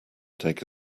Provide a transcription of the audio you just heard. take